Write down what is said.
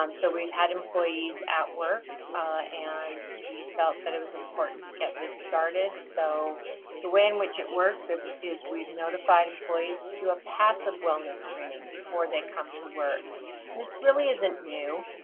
um so we've had employees at work and we felt that it was important to get this started. so the way in which it works ah is we've notified employees to do a passive wellness screening before they come to work. and this really isn't new.